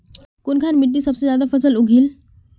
कुनखान मिट्टी सबसे ज्यादा फसल उगहिल?